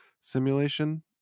simulation